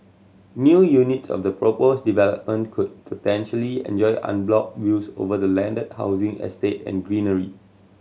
new units of the proposed development could potentially enjoy unblocked views over the landed housing estate and greenery